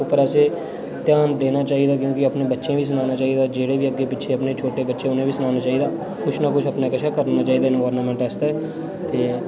उप्पर असें ध्यान देना चाहिदा क्योंकि अपने बच्चें जेह्डे़ बी अपने अग्गें पिच्छें अपने छोटे बच्चें न उ'नें बी सनाना चाहिदा कुछ ना कुछ अपने कशा करना चाहिदा एनवायर्नमेंट आस्तै ते